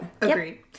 agreed